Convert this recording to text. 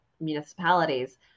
municipalities